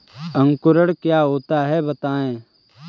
अंकुरण क्या होता है बताएँ?